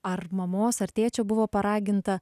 ar mamos ar tėčio buvo paraginta